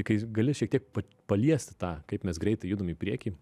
kai gali šiek tiek pat paliesti tą kaip mes greitai judam į priekį